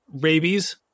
rabies